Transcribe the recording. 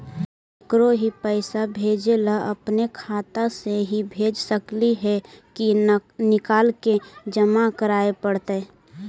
केकरो ही पैसा भेजे ल अपने खाता से ही भेज सकली हे की निकाल के जमा कराए पड़तइ?